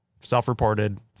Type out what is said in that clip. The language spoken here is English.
self-reported